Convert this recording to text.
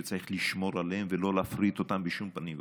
שצריך לשמור עליהם ולא להפריט אותם בשום פנים ואופן.